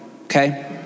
okay